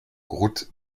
route